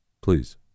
Please